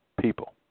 people